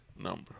number